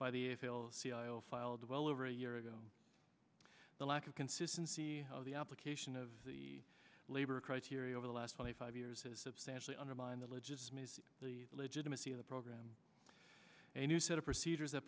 over a year ago the lack of consistency of the application of the labor criteria over the last twenty five years has substantially undermine the legitimacy the legitimacy of the program a new set of procedures that